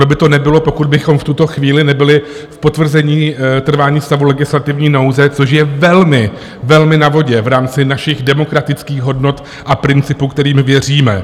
Ono by to nebylo, pokud bychom v tuto chvíli nebyli v potvrzení trvání stavu legislativní nouze, což je velmi, velmi na vodě v rámci našich demokratických hodnot a principů, kterým věříme.